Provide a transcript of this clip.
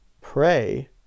pray